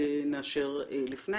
נאשר לפני.